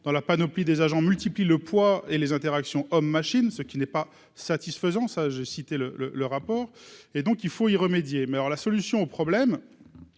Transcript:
dans la panoplie des agents multiplie le poids et les interactions homme-machine, ce qui n'est pas satisfaisant, ça j'ai cité le le le rapport et donc il faut y remédier mais alors la solution au problème